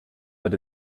that